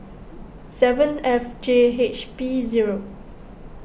seven F J H P zero